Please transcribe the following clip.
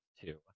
two